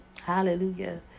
Hallelujah